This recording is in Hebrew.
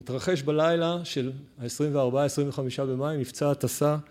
התרחש בלילה של ה-24-25 במאי, מבצע הטסה